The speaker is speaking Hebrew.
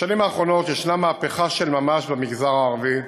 בשנים האחרונות יש מהפכה של ממש במגזר הערבי: